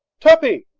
tuppy!